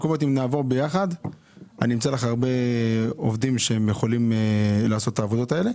אם נעבור ביחד אני אמצא הרבה עובדים שיכולים לעשות את העבודות האלה.